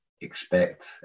expect